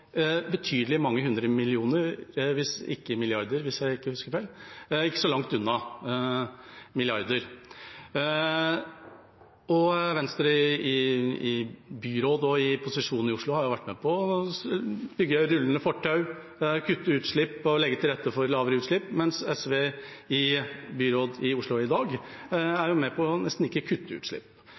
betydelig mange hundre millioner – om ikke milliarder, hvis jeg ikke husker feil; det er ikke så langt unna milliarder. Venstre i byråd og i posisjon i Oslo har jo vært med på å bygge rullende fortau, kutte utslipp og legge til rette for lavere utslipp, mens SV i byrådet i Oslo i dag er med på å nesten ikke kutte utslipp.